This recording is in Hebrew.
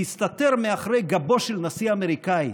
להסתתר מאחורי גבו של נשיא אמריקאי